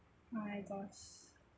my gosh